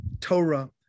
Torah